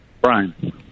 Brian